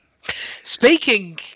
Speaking